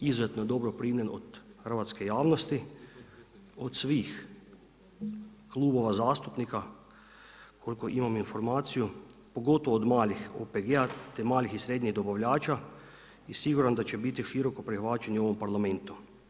Izuzetno je dobro primljen od hrvatske javnosti, od svih klubova zastupnika koliko imam informaciju pogotovo od malih OPG-a, te malih i srednjih dobavljača i sigurno da će biti široko prihvaćen i u ovom Parlamentu.